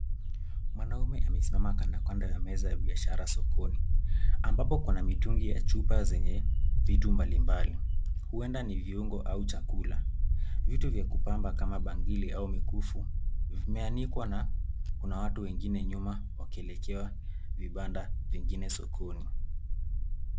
Mwanaume amesimama kando kando ya meza ya biashara sokoni, ambapo kuna mitungi ya chupa zenye vitu mbali mbali. Huenda ni viungo au chakula. Vitu vya kupamba kama bangili au mikufu, vimeanikwa na kuna watu wengine nyuma wakielekea vibanda vingine sokoni.